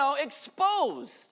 exposed